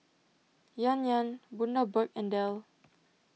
Yan Yan Bundaberg and Dell